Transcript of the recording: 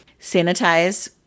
sanitize